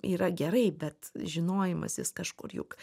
yra gerai bet žinojimas jis kažkur juk